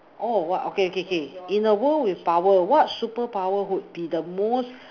orh what okay okay okay in the world with power what super power would be the most